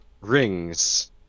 rings